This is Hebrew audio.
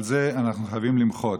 על זה אנחנו חייבים למחות,